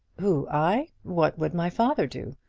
who, i? what would my father do?